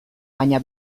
baina